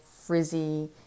frizzy